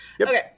Okay